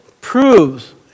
proves